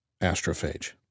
astrophage